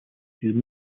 through